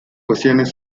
cuestiones